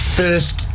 first